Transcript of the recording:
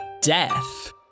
Death